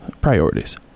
Priorities